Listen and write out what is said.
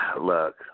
Look